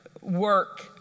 work